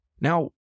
Now